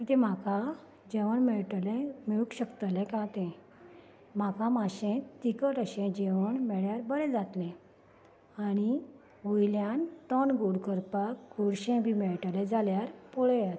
की तें म्हाका जेवण मेळटलें मेळूक शकतलें का तें म्हाका मातशें तिखट अशें जेवण मेळ्ळ्यार बरें जातलें आनी वयल्यान तोंड गोड करपाक गोडशें बी मेळटलें जाल्यार पळयात